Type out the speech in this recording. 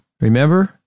Remember